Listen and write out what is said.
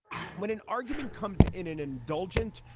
when an argument comes in an indulgent.